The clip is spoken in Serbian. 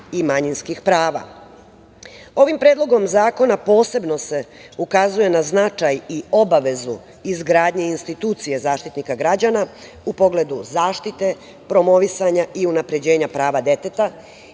i manjinskih prava. Ovim Predlogom zakona posebno se ukazuje na značaj i obavezu izgradnje institucije Zaštitnika građana u pogledu zaštite, promovisanja i unapređenja prava deteta. Mi